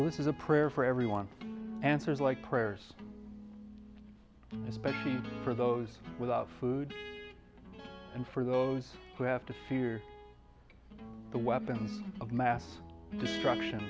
who is a prayer for everyone answers like prayers especially for those without food and for those who have to fear the weapons of mass destruction